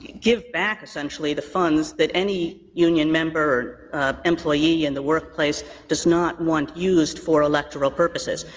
give back, essentially, the funds that any union member or employee in the workplace does not want used for electoral purposes.